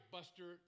Buster